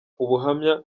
ubuhamya